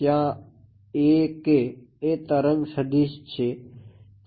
ત્યાં ak એ તરંગ સદિશ છે